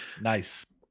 Nice